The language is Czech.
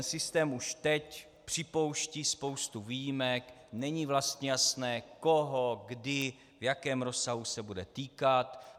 Systém už teď připouští spoustu výjimek, není vlastně jasné, koho, kdy, v jakém rozsahu se bude týkat.